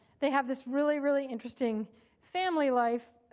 they have this really, really interesting family life.